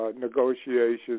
negotiations